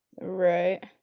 Right